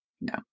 No